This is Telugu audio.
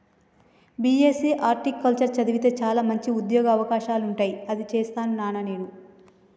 బీ.ఎస్.సి హార్టికల్చర్ చదివితే చాల మంచి ఉంద్యోగ అవకాశాలుంటాయి అదే చేస్తాను నానా నేను